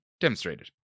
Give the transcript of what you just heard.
demonstrated